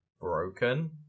broken